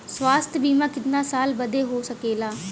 स्वास्थ्य बीमा कितना साल बदे हो सकेला?